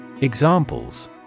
Examples